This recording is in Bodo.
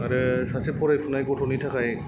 आरो सासे फरायफुनाय गथ'नि थाखाय